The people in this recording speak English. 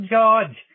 George